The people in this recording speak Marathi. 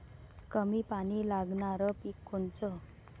कमी पानी लागनारं पिक कोनचं?